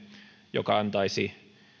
joka antaisi